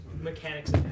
Mechanics